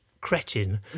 cretin